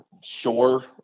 sure